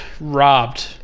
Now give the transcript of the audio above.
Robbed